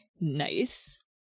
Nice